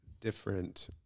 different